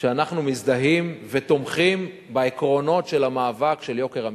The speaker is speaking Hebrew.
שאנחנו מזדהים ותומכים בעקרונות של המאבק ביוקר המחיה.